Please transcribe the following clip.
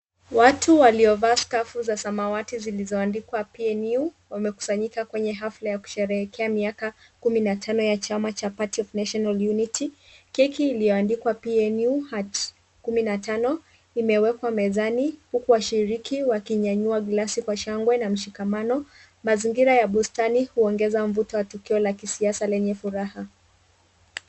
Watu waliovaa scarf za samawati zilizoandikwa PNU wamekusanyika kwenye hafla ya kusheherekea miaka kumi na tano ya chama cha Party of National unity Keki iliyoandikwa PNU at kumi na tano imewekwa mezani huku washiriki wakinyanyua glass kwa shangwe na mshikamano. Mazingira ya bustani huongeza mvuto wa tukio la kisiasa lenye furaha